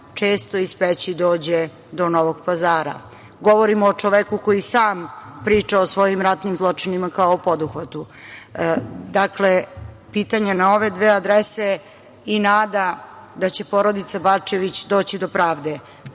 često iz Peći dođe do Novog Pazara. Govorim o čoveku koji sam priča o svojim ratnim zločinima kao poduhvatu. Dakle, pitanje na ove dve adrese i nada da će porodica Bačević doći do pravde.